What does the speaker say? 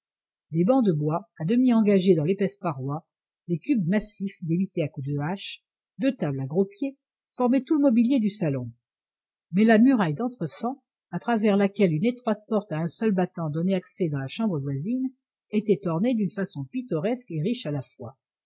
des bancs de bois à demi engagés dans l'épaisse paroi des cubes massifs débités à coups de hache deux tables à gros pieds formaient tout le mobilier du salon mais la muraille d'entrefend à travers laquelle une étroite porte à un seul battant donnait accès dans la chambre voisine était ornée d'une façon pittoresque et riche à la fois